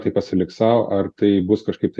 tai pasilik sau ar tai bus kažkaip tai